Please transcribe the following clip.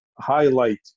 highlight